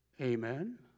Amen